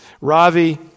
Ravi